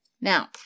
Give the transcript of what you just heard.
Now